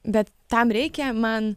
bet tam reikia man